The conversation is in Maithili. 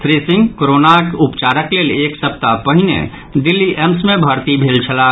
श्री सिंह कोरोनाक उपचारक लेल एक सप्ताह पहिने दिल्ली एम्स मे भर्ती भेल छलाह